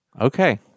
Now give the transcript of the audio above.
Okay